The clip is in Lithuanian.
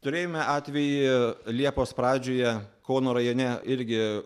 turėjome atvejį liepos pradžioje kauno rajone irgi